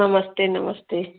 नमस्ते नमस्ते